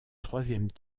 troisième